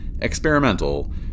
experimental